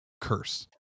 curse